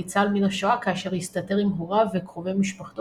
ניצל מן השואה כאשר הסתתר עם הוריו וקרובי משפחתו